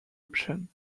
option